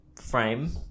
frame